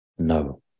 No